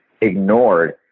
ignored